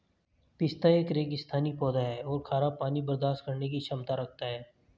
पिस्ता एक रेगिस्तानी पौधा है और खारा पानी बर्दाश्त करने की क्षमता रखता है